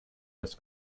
los